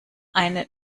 eine